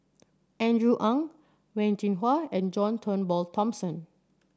Andrew Ang Wen Jinhua and John Turnbull Thomson